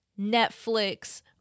Netflix